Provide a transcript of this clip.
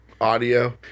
audio